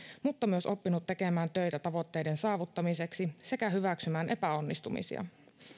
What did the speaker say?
mutta myös oppinut tekemään töitä tavoitteiden saavuttamiseksi sekä hyväksymään epäonnistumisia